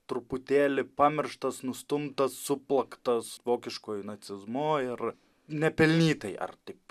truputėlį pamirštas nustumtas suplaktas vokiškuoju nacizmu ir nepelnytai ar taip